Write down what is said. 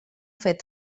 fet